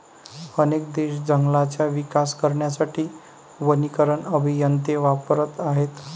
अनेक देश जंगलांचा विकास करण्यासाठी वनीकरण अभियंते वापरत आहेत